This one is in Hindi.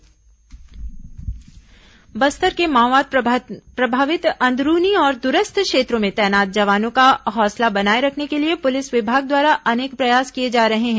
मावा कैंटीन बस्तर के माओवाद प्रभावित अंदरूनी और दूरस्थ क्षेत्रों में तैनात जवानों का हौसला बनाए रखने के लिए पुलिस विभाग द्वारा अनेक प्रयास किए जा रहे हैं